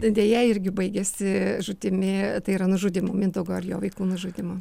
deja irgi baigėsi žūtimi tai yra nužudymu mindaugo ir jo vaikų nužudymu